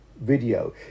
video